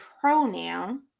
pronoun